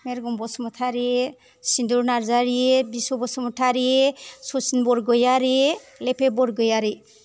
मेरगम बसुमतारि सिन्दुर नारजारि बिस' बसुमतारि ससिन बरगयारि लेफे बरगयारि